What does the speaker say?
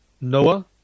noah